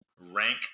rank